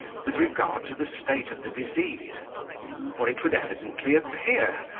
with regard to the state of the disease for it would evidently appear,